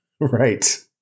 Right